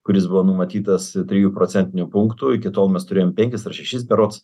kuris buvo numatytas trijų procentinių punktų iki tol mes turėjom penkis ar šešis berods